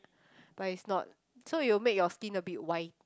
but it's not so it will make your skin a bit white